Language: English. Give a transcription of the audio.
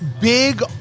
big